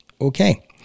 okay